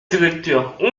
directeurs